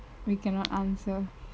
we cannot answer